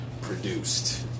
produced